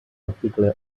article